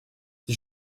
die